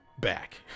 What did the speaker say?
back